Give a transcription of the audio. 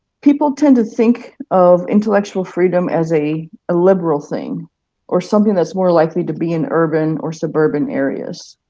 people tend to think of intellectual freedom as a ah liberal thing or something that's more likely to be in urban or suburban areas.